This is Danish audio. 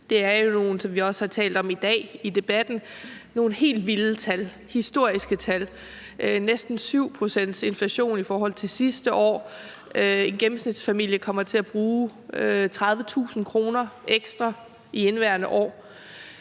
Det er jo, som vi også har talt om i dag i debatten, nogle helt vilde tal historisk – næsten 7 pct.s inflation i forhold til sidste år. En gennemsnitsfamilie kommer til at bruge 30.000 kr. ekstra i indeværende år,